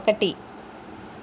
ఒకటి